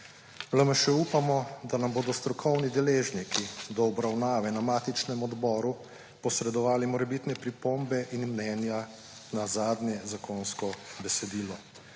LMŠ upamo, da nam bodo strokovni deležniki do obravnave na matičnem odboru posredovali morebitne pripombe in mnenja na zadnje zakonsko besedilo,